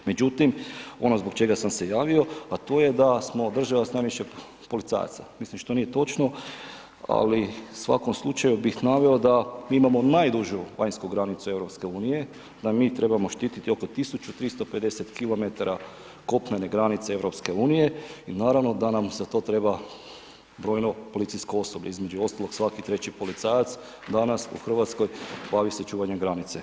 Međutim, ono zbog čega sam se javio, a to je da smo država s najviše policajaca, mislim što nije točno, ali u svakom slučaju bih naveo da mi imamo najdužu vanjsku granicu EU, da mi trebamo štiti oko 1350 km kopnene granice EU i naravno da nam za to treba brojno policijsko osoblje, između ostalog, svaki treći policajac danas u RH bavi se čuvanjem granice.